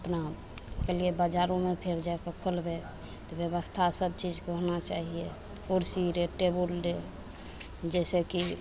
तऽ अपना कहलियै बजारोमे फेर जाके खोलबय तऽ व्यवस्था सब चीजके होना चाहिये कुर्सी रे टेबुल रे जैसे की